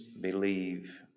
believe